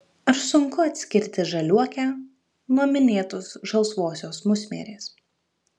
ar sunku atskirti žaliuokę nuo minėtos žalsvosios musmirės